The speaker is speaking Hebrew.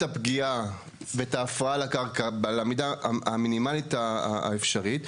הפגיעה ואת ההפרעה לקרקע למידה המינימלית האפשרית.